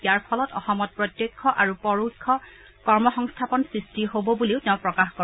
ইয়াৰ ফলত অসমত প্ৰত্যক্ষ আৰু পৰোক্ষ কৰ্মসংস্থাপন সৃষ্টি হ'ব বুলিও তেওঁ প্ৰকাশ কৰে